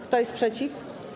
Kto jest przeciw?